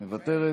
מוותרת,